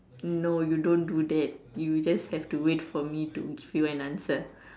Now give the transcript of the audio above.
no you don't do that you just have to wait for me to give you an answer